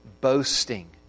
boasting